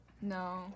No